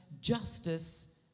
justice